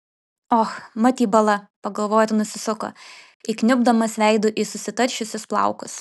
och mat jį bala pagalvojo ir nusisuko įkniubdamas veidu į susitaršiusius plaukus